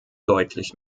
deutlich